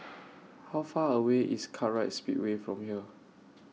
How Far away IS Kartright Speedway from here